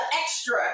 extra